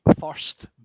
first